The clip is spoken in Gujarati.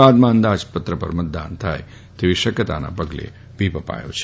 બાદમાં અંદાજપત્ર પર મતદાન થાય તેવી શકયતાના પગલે વ્હીપ આપ્યો છે